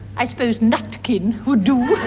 i suppose nutkin would do.